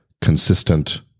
consistent